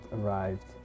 arrived